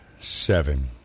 seven